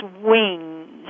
wings